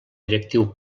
directiu